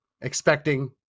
expecting